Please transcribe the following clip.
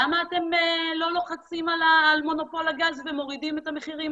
למה אתם לא לוחצים על מונופול הגז ומורידים עוד את המחירים,